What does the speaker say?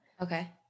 okay